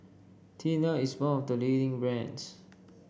Tena is one of the leading brands